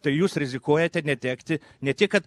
tai jūs rizikuojate netekti ne tik kad